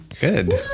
Good